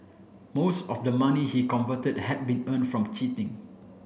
most of the money he converted had been earn from cheating